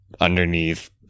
underneath